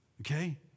okay